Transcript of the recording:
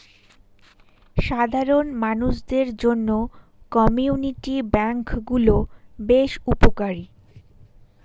সাধারণ মানুষদের জন্য কমিউনিটি ব্যাঙ্ক গুলো বেশ উপকারী